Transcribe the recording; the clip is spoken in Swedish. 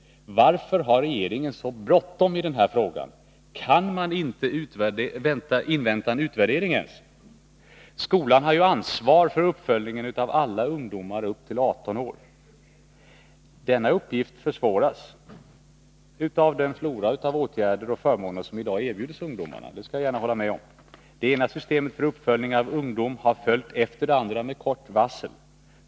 Varför har regeringen så bråttom i den här frågan? Kan man inte invänta en utvärdering ens? Skolan har ansvar för uppföljning när det gäller alla ungdomar upp till 18 år. Denna uppgift försvåras dock av den flora av åtgärder och förmåner som i dag erbjuds ungdomarna — det skall jag gärna hålla med om. Det ena systemet för uppföljning av ungdom har följt efter det andra med kort varsel.